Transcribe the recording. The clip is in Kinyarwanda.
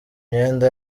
myenda